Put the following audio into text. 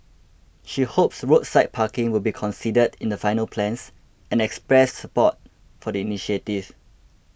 she hopes roadside parking will be considered in the final plans and expressed support for the initiative